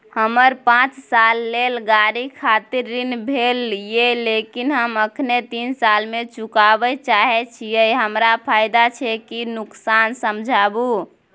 हमर पाँच साल ले गाड़ी खातिर ऋण भेल ये लेकिन हम अखने तीन साल में चुकाबे चाहे छियै हमरा फायदा छै की नुकसान समझाबू?